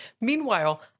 Meanwhile